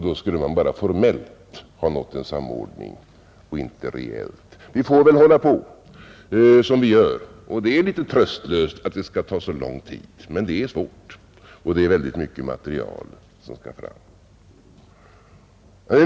Då skulle man ändå bara formellt och inte reellt ha nått en samordning. Vi får väl hålla på som vi gör, och det är litet tröstlöst att det skall ta så lång tid och att det är så mycket material som skall fram.